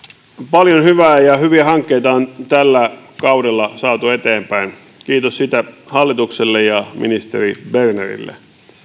paljon hyvää ja hyviä hankkeita on tällä kaudella saatu eteenpäin kiitos siitä hallitukselle ja ministeri bernerille